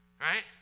right